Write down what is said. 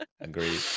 Agreed